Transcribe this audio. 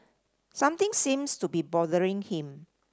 something seems to be bothering him